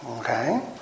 okay